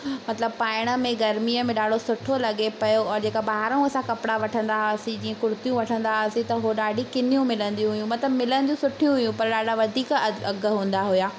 मतिलबु पाइण में गरमीअ में ॾाढो सुठो लॻे पियो औरि जेका ॿाहिरऊं असां कपड़ा वठंदा हुआसीं जीअं कुर्तियूं वठंदा हुआसीं त हो ॾाढी किनियूं मिलंदियूं हुयूं मतिलबु मिलंदियूं सुठियूं हुयूं पर ॾाढा वधीक अघ हूंदा हुआ